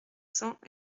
cents